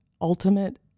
ultimate